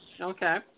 okay